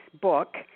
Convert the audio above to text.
book